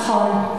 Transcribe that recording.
נכון.